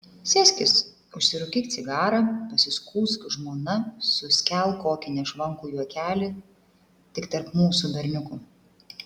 sėskis užsirūkyk cigarą pasiskųsk žmona suskelk kokį nešvankų juokelį tik tarp mūsų berniukų